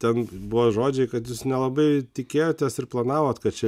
ten buvo žodžiai kad jūs nelabai tikėjotės ir planavot kad čia